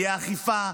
תהיה אכיפה,